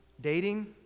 dating